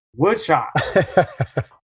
Woodshop